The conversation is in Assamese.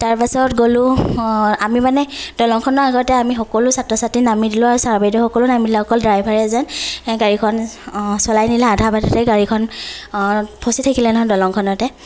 তাৰ পাছত গ'লো মানে দলঙখনতে আমি সকলো ছাত্ৰ ছাত্ৰীয়ে নামি দিলো আৰু চাৰ বাইদেউসকলো নামি দিলে অকল ড্ৰাইভাৰে যেন গাড়ীখন চলাই নিলে আধা বাটতে গাড়ীখন ফচি থাকিলে নহয় দলঙখনতে